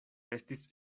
estis